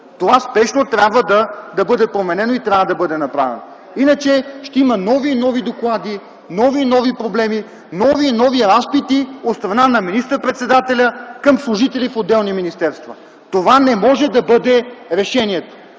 Това спешно трябва да бъде променено и трябва да бъде направено, иначе ще има нови и нови доклади, нови и нови проблеми, нови и нови разпити от страна на министър-председателя към служители на отделни министерства. Това не може да бъде решението.